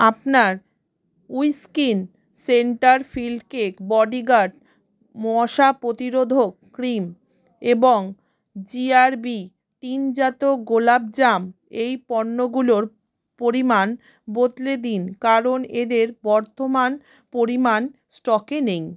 আপনার Winkies centre filled cake Bodyguard মশা প্রতিরোধক ক্রিম এবং জিআরবি টিনজাত গোলাপজাম এই পণ্যগুলোর পরিমাণ বদলে দিন কারণ এদের বর্তমান পরিমাণ স্টকে নেই